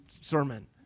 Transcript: sermon